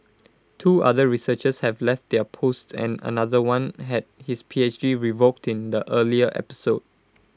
two other researchers have left their posts and another one had his P H D revoked in the earlier episode